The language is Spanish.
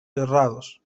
cerrados